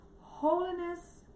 Holiness